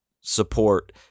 support